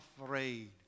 afraid